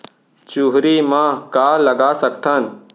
चुहरी म का लगा सकथन?